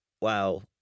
wow